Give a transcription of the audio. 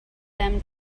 them